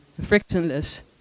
frictionless